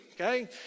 okay